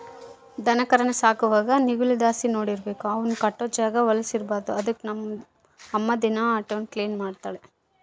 ದನಕರಾನ ಸಾಕುವಾಗ ನಿಗುದಲಾಸಿ ನೋಡಿಕಬೇಕು, ಅವುನ್ ಕಟ್ಟೋ ಜಾಗ ವಲುಸ್ ಇರ್ಬಾರ್ದು ಅದುಕ್ಕ ನಮ್ ಅಮ್ಮ ದಿನಾ ಅಟೇವ್ನ ಕ್ಲೀನ್ ಮಾಡ್ತಳ